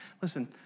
Listen